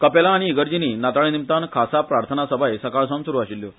कपेलां आनी इगर्जीनी नातळानिमतान खासा प्रार्थना सभांय सकाळसावन सुरू आशिल्ल्यो